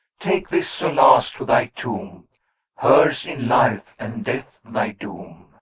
take this solace to thy tomb hers in life and death thy doom.